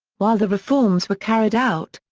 while the reforms were carried out,